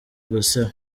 guseba